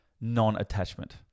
non-attachment